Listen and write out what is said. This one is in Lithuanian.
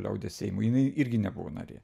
liaudies seimui nei irgi nebuvo narė